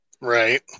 Right